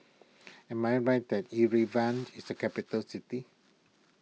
am I right that Yerevan is a capital city